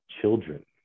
children